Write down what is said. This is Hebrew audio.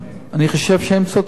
אני חושב שהם צודקים.